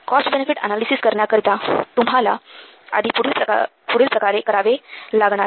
cost benefit analysis करण्याकरिता तुम्हाला आधी पुढील प्रकारे करावे लागणार